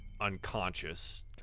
unconscious